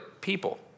people